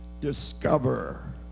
discover